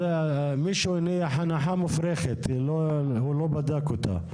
מישהו הניח הנחה מופרכת, הוא לא בדק אותה.